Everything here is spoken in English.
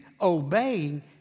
obeying